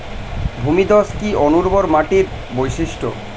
ভূমিধস কি অনুর্বর মাটির বৈশিষ্ট্য?